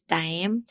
time